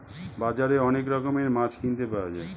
বাজারে অনেক রকমের মাছ কিনতে পাওয়া যায়